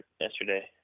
yesterday